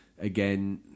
again